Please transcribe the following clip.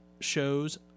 shows